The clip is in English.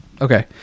okay